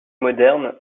modernes